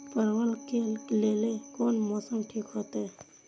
परवल के लेल कोन मौसम ठीक होते?